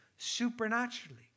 supernaturally